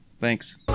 Thanks